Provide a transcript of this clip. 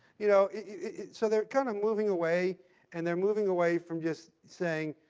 you know yeah so they're kind of moving away and they're moving away from just saying,